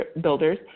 Builders